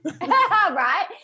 Right